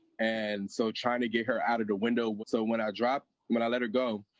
and so trying to get her out of the window, so when i dropped when i let her go